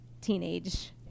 teenage